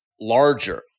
larger